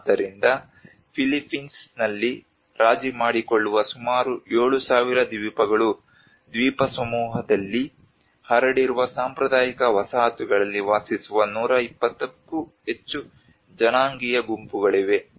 ಆದ್ದರಿಂದ ಫಿಲಿಪೈನ್ಸ್ನಲ್ಲಿ ರಾಜಿ ಮಾಡಿಕೊಳ್ಳುವ ಸುಮಾರು 7000 ದ್ವೀಪಗಳು ದ್ವೀಪಸಮೂಹದಲ್ಲಿ ಹರಡಿರುವ ಸಾಂಪ್ರದಾಯಿಕ ವಸಾಹತುಗಳಲ್ಲಿ ವಾಸಿಸುವ 120 ಕ್ಕೂ ಹೆಚ್ಚು ಜನಾಂಗೀಯ ಗುಂಪುಗಳಿವೆ